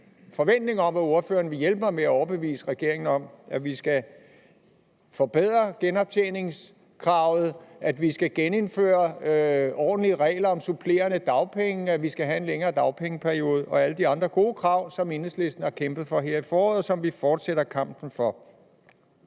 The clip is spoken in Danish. nogen forventning om, at ordføreren vil hjælpe mig med at overbevise regeringen om, at vi skal forbedre genoptjeningskravet, at vi skal genindføre ordentlige regler om supplerende dagpenge, at vi skal have en længere dagpengeperiode og alle de andre gode krav, som Enhedslisten har kæmpet for her i foråret, og som vi fortsætter kampen for.